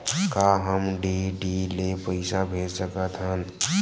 का हम डी.डी ले पईसा भेज सकत हन?